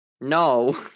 No